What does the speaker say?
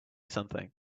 something